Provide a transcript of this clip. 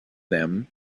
them